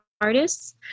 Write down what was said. artists